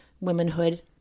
womanhood